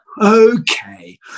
Okay